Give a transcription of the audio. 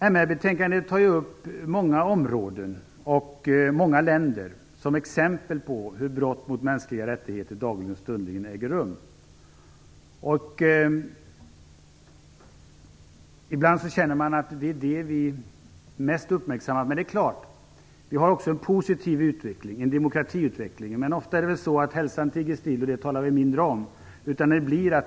I MR-betänkandet tas flera områden och många länder upp som exempel på hur brott mot mänskliga rättigheter dagligen och stundligen äger rum. Ibland känner man att det är detta som mest uppmärksammas. Men det är klart att det också finns en positiv utveckling, en demokratiutveckling. Ofta är det väl så, att hälsan tiger still. Det som är positivt talar man mindre om.